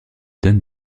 donne